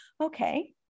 okay